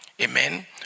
Amen